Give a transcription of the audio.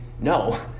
no